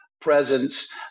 presence